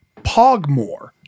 Pogmore